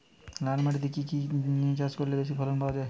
লাল মাটিতে কি কি চাষ করলে বেশি ফলন পাওয়া যায়?